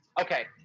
Okay